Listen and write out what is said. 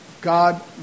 God